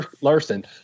Larson